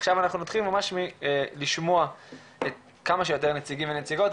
עכשיו אנחנו נתחיל ממש לשמוע כמה שיותר נציגים ונציגות.